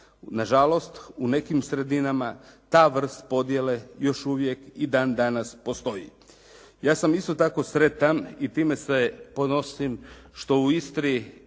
Na žalost, u nekim sredinama ta vrst podjele još uvijek i dan danas postoji. Ja sam isto tako sretan i time se ponosim što u Istri ili